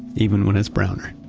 even when it's browner